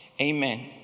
Amen